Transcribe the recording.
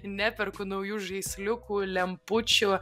neperku naujų žaisliukų lempučių